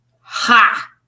ha